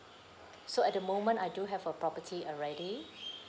so at the moment I do have a property already